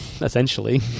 essentially